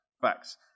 Facts